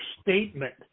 statement